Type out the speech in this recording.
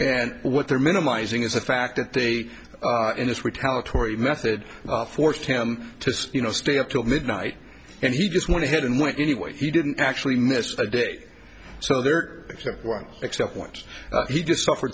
and what they're minimizing is the fact that they are in this retaliatory method forced him to say you know stay up till midnight and he just went ahead and went anyway he didn't actually miss a day so there except once except once he just suffer